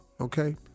Okay